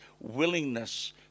willingness